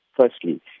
Firstly